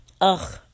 Ugh